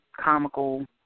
comical